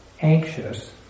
anxious